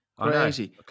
crazy